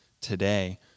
today